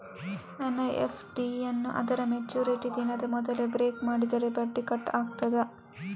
ನನ್ನ ಎಫ್.ಡಿ ಯನ್ನೂ ಅದರ ಮೆಚುರಿಟಿ ದಿನದ ಮೊದಲೇ ಬ್ರೇಕ್ ಮಾಡಿದರೆ ಬಡ್ಡಿ ಕಟ್ ಆಗ್ತದಾ?